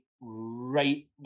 right